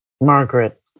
Margaret